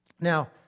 Now